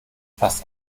fast